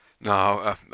No